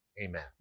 Amen